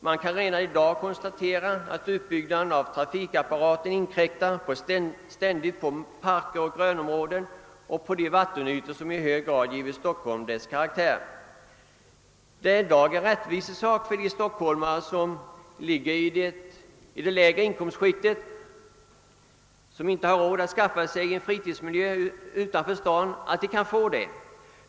Man kan redan konstatera att utbyggnaden av trafikapparaten ständigt inkräktar på parker och grönområden och på de vattenytor som i hög grad givit Stockholm dess karaktär. Det är en rättvisesak för stockholmare i de lägre inkomstskikten, som inte har råd att skaffa sig en fritidsbostad utanför staden, att de kan få tillgång till en avkopplande miljö.